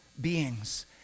beings